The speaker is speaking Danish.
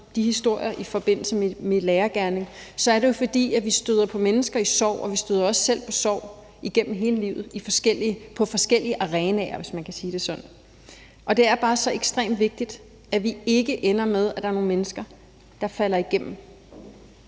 historier i forbindelse med min lærergerning, så er det jo, fordi vi støder på mennesker i sorg, og vi støder også selv på sorg igennem livet på forskellige arenaer, hvis man kan sige det sådan. Og det er bare så ekstremt vigtigt, at vi ikke ender med, at der er nogle mennesker, der falder igennem;